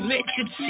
Richard